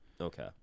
Okay